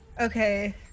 Okay